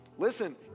Listen